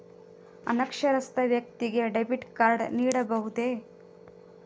ಅನಕ್ಷರಸ್ಥ ವ್ಯಕ್ತಿಗೆ debit card ನೀಡಬಹುದೇ?